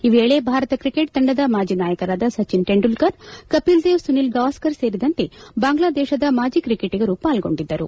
ಈ ವೇಳೆ ಭಾರತ ಕ್ರಿಕೆಟ್ ತಂಡದ ಮಾಜಿ ನಾಯಕರಾದ ಸಚಿನ್ ತೆಂಡೂಲ್ಕರ್ ಕಪಿಲ್ ದೇವ್ ಸುನಿಲ್ ಗವಾಸ್ಕರ್ ಸೇರಿದಂತೆ ಬಾಂಗ್ಲಾದೇಶದ ಮಾಜಿ ಕ್ರಿಕೆಟಿಗರು ಪಾಲ್ಗೊಂಡಿದ್ದರು